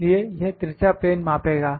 इसलिए यह तिरछा प्लेन मापेगा